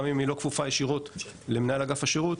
גם אם היא לא כפופה ישירות למנהל אגף השירות,